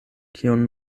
kion